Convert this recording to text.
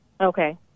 Okay